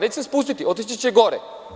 Neće se spustiti, otići će gore.